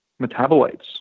metabolites